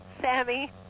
Sammy